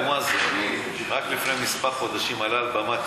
אבו מאזן רק לפני כמה חודשים עלה על במת